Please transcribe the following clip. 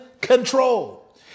control